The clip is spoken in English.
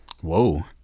Whoa